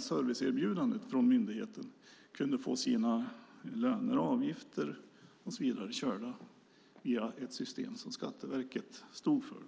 serviceerbjudandet från myndigheten kunde få sina löner, avgifter och så vidare körda i ett system som Skatteverket stod för.